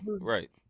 Right